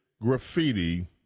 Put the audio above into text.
graffiti